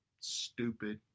Stupid